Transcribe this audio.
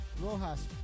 Rojas